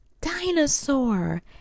Dinosaur